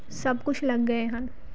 ਸਭ ਕੁਝ ਲੱਗ ਗਏ ਹਨ